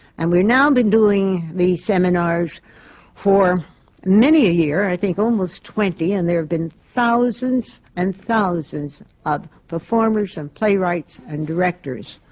and we've now been doing these seminars for many a year. i think almost twenty. and there have been thousands and thousands of performers and playwrights and directors.